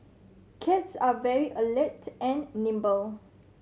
cats are very alert and nimble